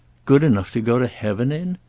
good enough to go to heaven in?